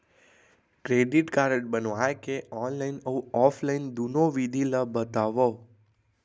Credit card बनवाए के online अऊ ऑफलाइन दुनो विधि ला बतावव?